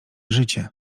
życie